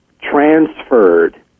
transferred